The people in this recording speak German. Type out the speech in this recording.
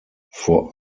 vor